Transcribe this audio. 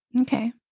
Okay